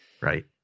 Right